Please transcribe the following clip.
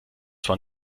zwar